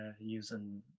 using